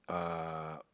uh